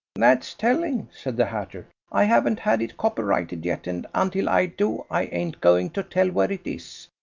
that's telling, said the hatter. i haven't had it copyrighted yet, and until i do i ain't going to tell where it is.